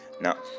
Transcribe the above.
Now